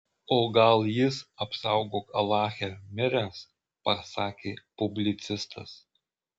o gal jis apsaugok alache miręs pasakė publicistas